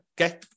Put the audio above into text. okay